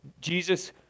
Jesus